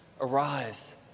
Arise